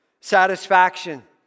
Satisfaction